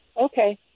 Okay